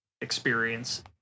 experience